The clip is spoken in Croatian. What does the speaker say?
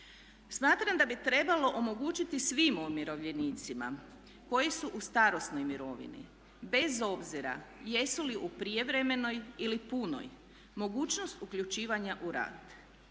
Smatram da bi trebalo omogućiti svim umirovljenicima koji su u starosnoj mirovini bez obzira jesu li u prijevremenoj ili punoj mogućnost uključivanja u rad.